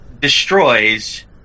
destroys